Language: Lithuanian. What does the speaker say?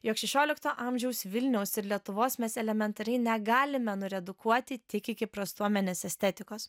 jog šešiolikto amžiaus vilniaus ir lietuvos mes elementariai negalime nuredukuoti tik iki prastuomenės estetikos